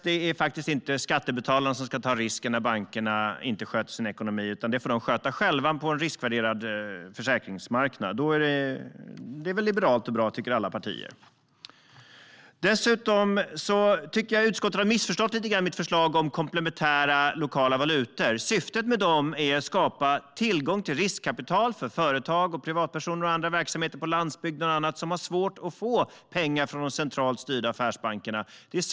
Det är inte skattebetalarna som ska ta risken när bankerna inte sköter sin ekonomi, utan den får de sköta själva på en riskvärderad försäkringsmarknad. Det är liberalt och bra, tycker alla partier. Utskottet har lite grann missförstått mitt förslag om komplementära lokala valutor. Syftet med dem är att skapa tillgång till riskkapital för företag, privatpersoner och olika verksamheter på landsbygden som har svårt att få lån från de centralt styrda affärsbankerna.